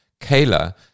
Kayla